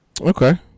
Okay